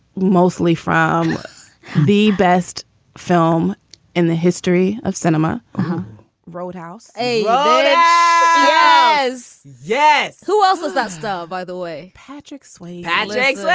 mostly from the best film in the history of cinema roadhouse a yeah has yes. who else does that stuff? by the way, patrick swayze. padgett's the